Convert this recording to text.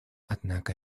однако